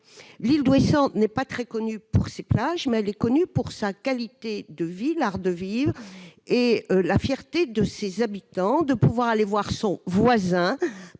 l'île d'Ouessant. Elle n'est pas très connue pour ses plages, mais elle est célèbre pour sa qualité de vie, l'art de vivre et la fierté de ses habitants de pouvoir aller voir leurs voisins